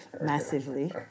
massively